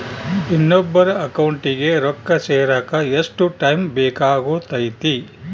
ಇನ್ನೊಬ್ಬರ ಅಕೌಂಟಿಗೆ ರೊಕ್ಕ ಸೇರಕ ಎಷ್ಟು ಟೈಮ್ ಬೇಕಾಗುತೈತಿ?